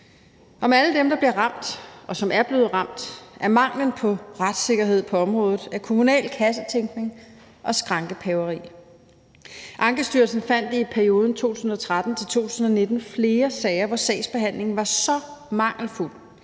om alle dem, der bliver ramt, og som er blevet ramt af manglen på retssikkerhed på området, af kommunal kassetænkning og skrankepaveri. Ankestyrelsen fandt i perioden 2013-2019 flere sager, hvor sagsbehandlingen var så mangelfuld,